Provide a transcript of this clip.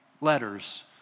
letters